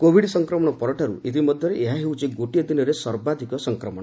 Covid ସଂକ୍ରମଣ ପରଠାରୁ ଏ ମଧ୍ୟରେ ଏହା ହେଉଛି ଗୋଟିଏ ଦିନରେ ସର୍ବାଧିକ ସଂକ୍ରମଣ